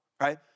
Right